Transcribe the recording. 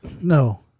No